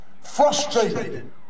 frustrated